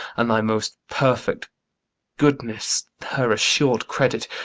and thy most perfect goodness her assur'd credit.